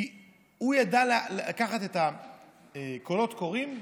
כי הוא ידע לקחת את הקולות הקוראים,